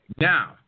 Now